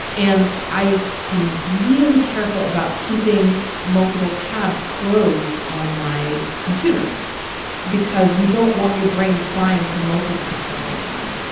and i am really careful about keeping multiple tabs closed on my computer because you don't want your brain trying to multitask the whole time